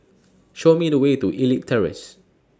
Show Me The Way to Elite Terrace